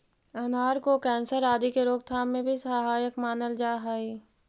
अनार को कैंसर आदि के रोकथाम में भी सहायक मानल जा हई